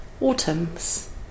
autumns